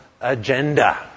agenda